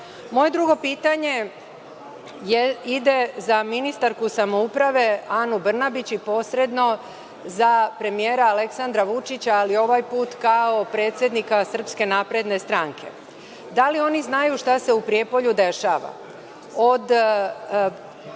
drugo pitanje je za ministarku samouprave Anu Brnabić i posredno za premijera Aleksandra Vučića, ali ovaj put kao predsednika SNS – da li oni znaju šta se u Prijepolju dešava?